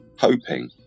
hoping